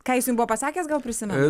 kai jis jau buvo pasakęs gal prisimenat